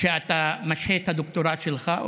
שאתה משהה את הדוקטורט שלך.